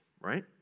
right